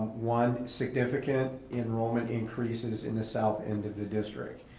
one, significant enrollment increases in the south end of the district.